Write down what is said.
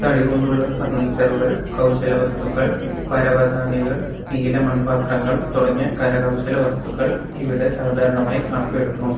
തടി കൊണ്ടുള്ള ഫർണിച്ചറുകൾ കൗശല വസ്തുക്കൾ പരവതാനികൾ നീല മൺപാത്രങ്ങൾ തുടങ്ങിയ കരകൗശല വസ്തുക്കൾ ഇവിടെ സാധാരണമായി കാണപ്പെടുന്നു